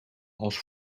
als